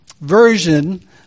version